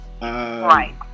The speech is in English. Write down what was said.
Right